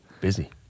busy